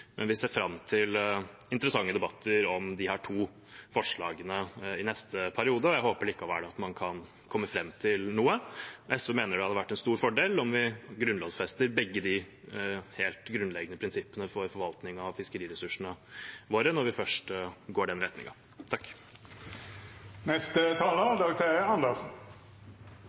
men vi ser fram til interessante debatter om disse to forslagene i neste periode, og jeg håper at man likevel kan komme fram til noe. SV mener det hadde vært en stor fordel om vi grunnlovfestet begge de helt grunnleggende prinsippene for forvaltningen av fiskeriressursene våre når vi først går i den